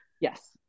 Yes